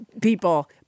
people